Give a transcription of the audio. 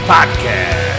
Podcast